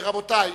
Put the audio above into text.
רבותי,